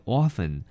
often